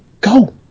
Go